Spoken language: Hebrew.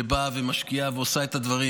שבאה ומשקיעה ועושה את הדברים.